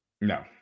No